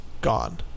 gone